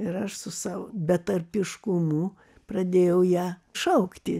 ir aš su savo betarpiškumu pradėjau ją šaukti